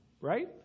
right